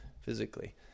physically